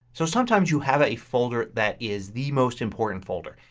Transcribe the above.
so sometimes you have a folder that is the most important folder.